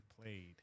played